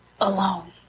alone